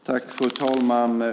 Fru talman!